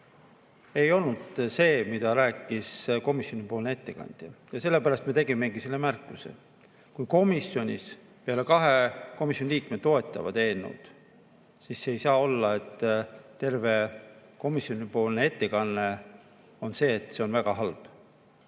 ei olnud see, mida rääkis komisjoni ettekandja. Ja sellepärast me tegimegi selle märkuse. Kui komisjonis [kõik] peale kahe komisjoni liikme toetavad eelnõu, siis ei saa olla, et terve komisjoni ettekanne on selline, et see on väga halb.